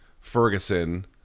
Ferguson